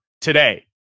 today